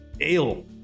ale